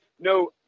No